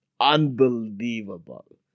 unbelievable